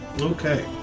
Okay